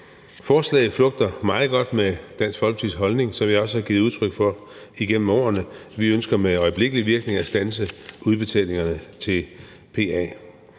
Forslaget flugter meget godt med Dansk Folkepartis holdning, som jeg også har givet udtryk for igennem årene. Vi ønsker med øjeblikkelig virkning at standse udbetalingerne til PA.